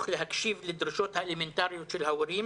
להקשיב לדרישות האלמנטריות של ההורים,